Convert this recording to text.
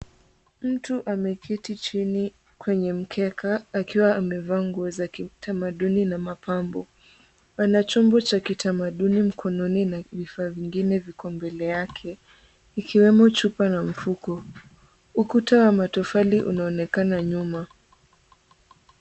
Mtu ameketi chini kwenye mkeka akiwa amevaa nguo za kiutamaduni na mapambo. Ana chombo cha kitamaduni mkononi na vifaa vingine viko mbele yake, ikiwemo chupa na mfuko. Ukuta wa matofali unaonekana nyuma.